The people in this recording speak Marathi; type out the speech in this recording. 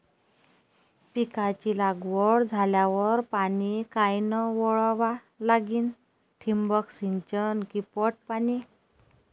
पिकाची लागवड झाल्यावर पाणी कायनं वळवा लागीन? ठिबक सिंचन की पट पाणी?